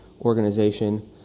organization